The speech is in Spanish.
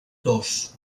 dos